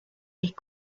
les